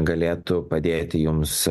galėtų padėti jums